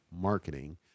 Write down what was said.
marketing